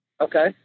Okay